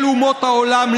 של אומות העולם,